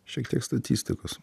šiek tiek statistikos